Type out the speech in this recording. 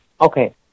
Okay